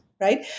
Right